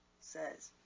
says